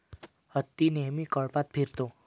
हत्ती नेहमी कळपात फिरतो